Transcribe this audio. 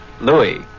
Louis